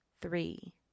three